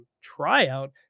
tryout